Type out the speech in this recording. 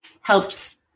helps